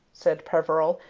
said peveril,